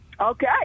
Okay